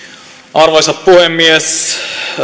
arvoisa puhemies